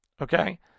Okay